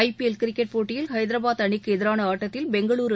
I P L cricket போட்டியில் ஐதராபாத் அணிக்கு எதிரான ஆட்டத்தில் பெங்களூரூ